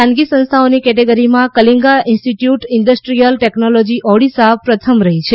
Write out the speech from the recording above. ખાનગી સંસ્થાઓની કેટેગરીમાં Kalinga institute industrial technology Odisha પ્રથમ રહી છે